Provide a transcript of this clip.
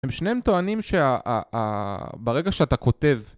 הם שניהם טוענים שברגע שאתה כותב